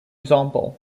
example